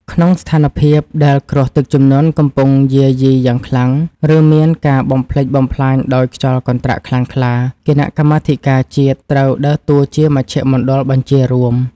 ក្នុងស្ថានភាពដែលគ្រោះទឹកជំនន់កំពុងយាយីយ៉ាងខ្លាំង ឬមានការបំផ្លិចបំផ្លាញដោយខ្យល់កន្ត្រាក់ខ្លាំងក្លា គណៈកម្មាធិការជាតិត្រូវដើរតួជាមជ្ឈមណ្ឌលបញ្ជារួម។